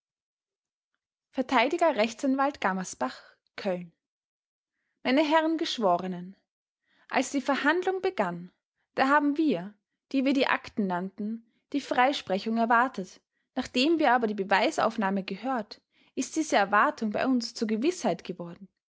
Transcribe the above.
verteidiger rechtsanwalt gammersbach köln m h geschworenen als die verhandlung begann da haben wir die wir die akten kannten die freisprechung erwartet nachdem wir aber die beweisaufnahme gehört ist diese erwartung bei uns zur gewißheit geworden